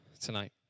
tonight